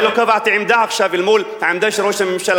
אני לא קבעתי עמדה עכשיו אל מול העמדה של ראש הממשלה.